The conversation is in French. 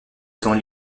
étant